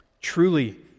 Truly